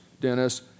Dennis